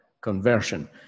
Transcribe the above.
conversion